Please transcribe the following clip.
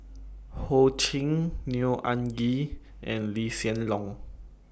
Ho Ching Neo Anngee and Lee Hsien Loong